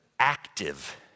active